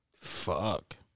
Fuck